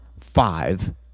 five